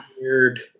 weird